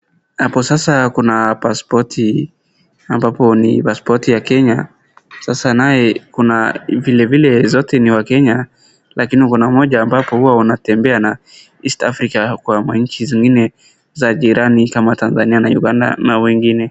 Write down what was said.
Hapo sasa kuna paspoti ambapo ni paspoti ya Kenya. Sasa naye kuna vilevile zote ni WaKenya, lakini kuna mmoja ambapo huwa unatembea na East Africa kwa ma nchi zingine za jirani kama Tanzania na Uganda na wengine.